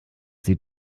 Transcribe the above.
sieht